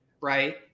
right